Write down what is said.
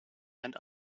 and